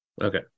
okay